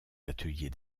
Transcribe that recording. ateliers